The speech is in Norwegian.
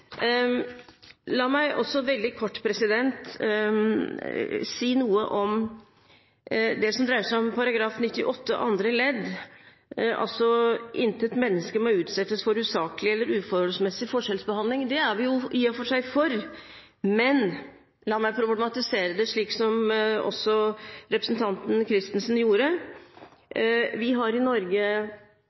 La meg også kort si noe om det som dreier seg om § 98, andre ledd: «Intet Menneske maa udsættes for usaglig eller uforholdsmæssig Forskelsbehandling». Det er vi jo i og for seg for, men la meg problematisere det slik som også representanten Christensen gjorde. Vi har i Norge